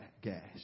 gas